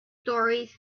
stories